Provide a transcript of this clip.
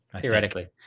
Theoretically